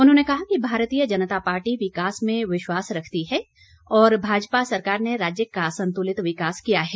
उन्होंने कहा कि भारतीय जनता पार्टी विकास में विश्वास रखती है और भाजपा सरकार ने राज्य का संतुलित विकास किया है